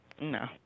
No